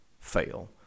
fail